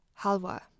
halwa